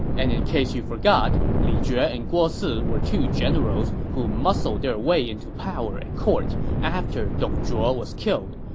and in case you forgot, li jue and guo si were two generals who muscled their way into power at court after dong zhuo was killed,